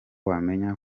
wamenya